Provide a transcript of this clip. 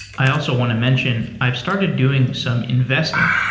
i also want to mention, i've started doing some investing.